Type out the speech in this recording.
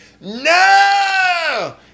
No